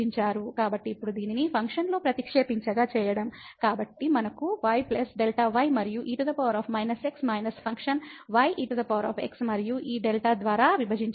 కాబట్టి ఇప్పుడు దీనిని ఫంక్షన్లో ప్రతిక్షేపించగా చేయడం కాబట్టి మనకు y Δ y మరియు e x minus function y ex మరియు ఈ Δ ద్వారా విభజించబడింది